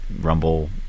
Rumble